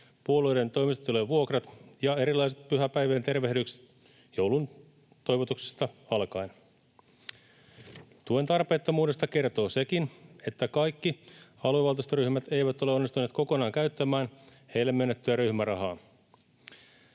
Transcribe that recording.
puolueiden toimistotilojen vuokrat ja erilaiset pyhäpäivien tervehdykset jouluntoivotuksista alkaen. Tuen tarpeettomuudesta kertoo sekin, että kaikki aluevaltuustoryhmät eivät ole onnistuneet kokonaan käyttämään heille myönnettyä ryhmärahaa.